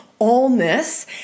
allness